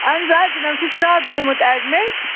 اَہَن حظ آ جِناب سُہ چھُ راتھ گوٚمُت ایٚڈمِٹ